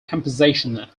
compensation